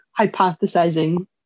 hypothesizing